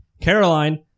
Caroline